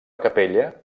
capella